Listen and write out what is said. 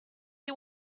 you